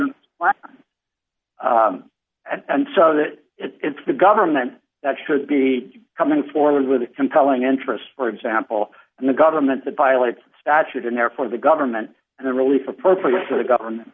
operation and so that it's the government that should be coming forward with a compelling interest for example and the government that violates statute and therefore the government and relief appropriate to the government